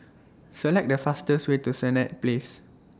Select The fastest Way to Senett Place